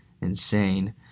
insane